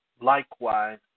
Likewise